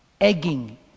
egging